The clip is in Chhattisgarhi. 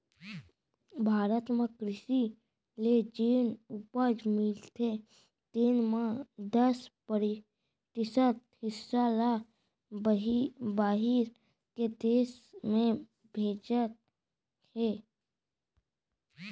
भारत म कृसि ले जेन उपज मिलथे तेन म दस परतिसत हिस्सा ल बाहिर के देस में भेजत हें